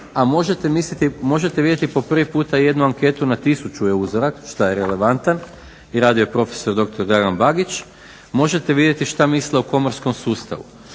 a možete vidjeti po privi puta jednu anketu na tisuću je uzorak šta je relevantan i radio je prof.dr. Dragan Bagić možete vidjeti šta misle o komorskom sustavu.